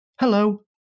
Hello